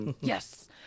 yes